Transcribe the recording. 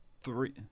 three –